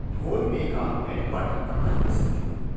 Phone पे का headquarter कहां है संजू?